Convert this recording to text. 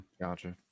gotcha